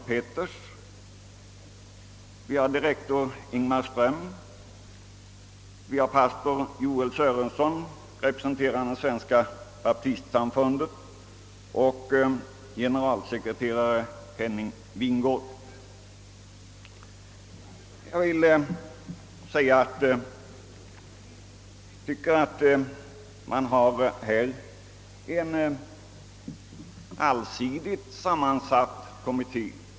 mag. Marga Jag tycker att detta är en allsidigt sammansatt kommitté.